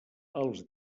als